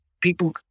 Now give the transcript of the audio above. people